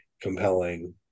compelling